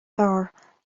fearr